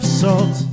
salt